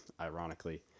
ironically